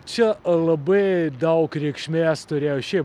čia labai daug reikšmės turėjo šiaip